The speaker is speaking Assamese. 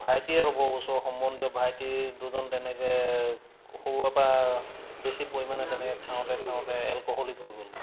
ভাইটিয়ে হ'ব ওচৰ সম্বন্ধীয় ভাইটিৰ দুজন তেনেকৈ সৰুৰেপৰা বেছি পৰিমাণে তেনেকৈ খাওঁতে খাওঁতে এলকহলিক হৈ গ'লগৈ